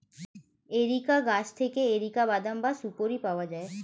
areca গাছ থেকে areca বাদাম বা সুপোরি পাওয়া যায়